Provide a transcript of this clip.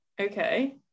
okay